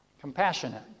Compassionate